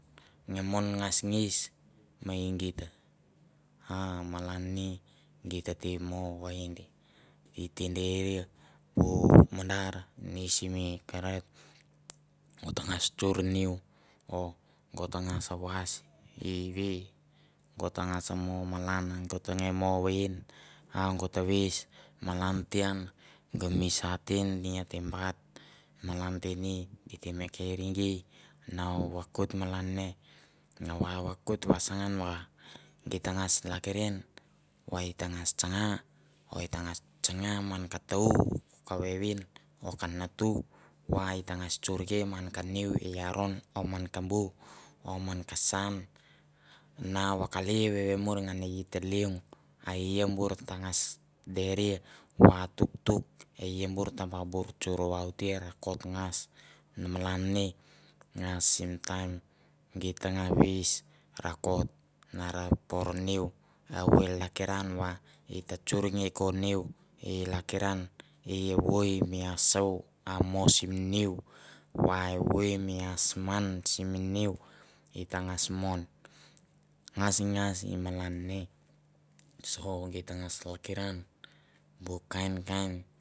Nge mon ngasngas mei geit, a malan ni geit ta mo vaind it te deria bu mandar ne simi kerot, u ta ngas tsor niu o go tangas was i ve, go tangas mo malan go tanga mo vaind a go ta veis malan te an gamisa te ate bat malan te ni di te me keri gei na vakoit malan ne, na vakoit vasangan va geit tangas lakiran va i tangas tsanga o itangas tsanga man ka ta- u ka vevin o ka natu va itangas tsorke man ka niu i aron o man ka bu o man ka sa an, na vakalaia vevemuir ngan e i ta leong, a e ia bur tangas deria va tuktuk e ia bur ta ba bur tsur vaute rakot ngas malan ne ngas sim taim geit tanga veis rakot na ra por niu, evoi lakiran va i tar tsor ne ko niu e lakiran evoi mi asou a mo sim niu va evoi mi ass man sim niu i tangas mon ngasngas malan ni. So geit ta ngas lakiran bu kain kain